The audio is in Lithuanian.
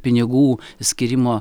pinigų skyrimo